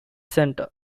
center